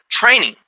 Training